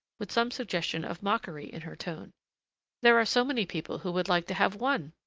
with some suggestion of mockery in her tone there are so many people who would like to have one!